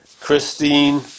Christine